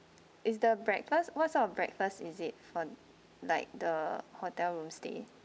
is the breakfast what's type of breakfast is it for like the hotel room stay